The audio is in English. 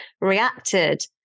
reacted